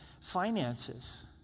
finances